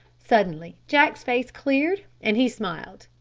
suddenly jack's face cleared and he smiled.